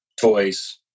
toys